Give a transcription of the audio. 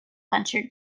ventured